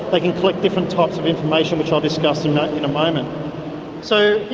like can collect different types of information which i'll discuss and in a moment. so